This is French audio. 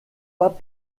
pas